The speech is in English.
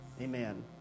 Amen